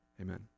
amen